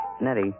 Nettie